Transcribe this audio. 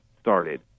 started